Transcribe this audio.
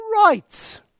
right